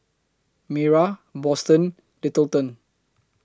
Mayra Boston Littleton